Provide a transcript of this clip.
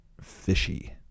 fishy